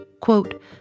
quote